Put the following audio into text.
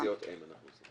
רק בסיעות אם אנחנו מתעסקים.